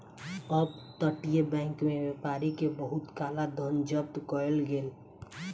up तटीय bank में व्यापारी के बहुत काला धन जब्त कएल गेल